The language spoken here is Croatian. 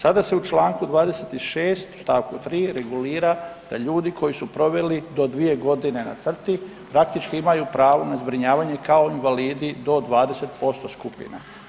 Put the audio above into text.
Sada se u članku 26. stavku 3. regulira da ljudi koji su proveli do 2 godine na crti praktički imaju pravo na zbrinjavanje kao invalidi do 20% skupine.